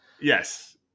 yes